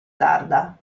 tarda